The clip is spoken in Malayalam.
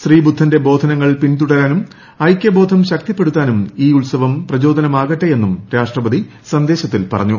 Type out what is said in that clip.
ശ്രീബുദ്ധന്റെ ബോധനങ്ങൾ പിന്തുടരാനും ഐക്യബോധം ശക്തിപ്പെടുത്താനും ഈ ഉത്സവം പ്രചോദനമാകട്ടേയെന്നും രാഷ്ട്രപതി സന്ദേശത്തിൽ പറഞ്ഞു